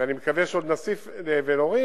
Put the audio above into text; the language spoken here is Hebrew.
ואני מקווה שעוד נוסיף ונוריד,